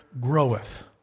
groweth